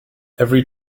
every